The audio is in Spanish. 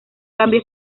cambio